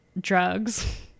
drugs